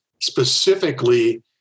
specifically